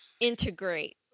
Integrate